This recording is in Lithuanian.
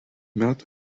metų